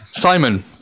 Simon